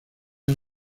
han